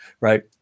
right